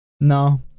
No